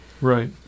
Right